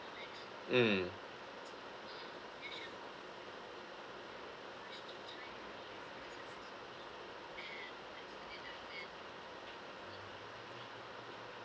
mm